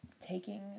taking